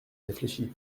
réfléchi